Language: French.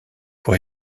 pour